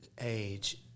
age